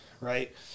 right